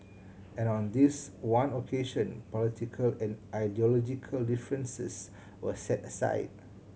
and on this one occasion political and ideological differences were set aside